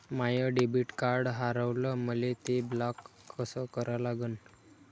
माय debit card हारवलं, मले ते ब्लॉक कस करा लागन?